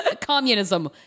Communism